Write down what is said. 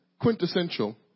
quintessential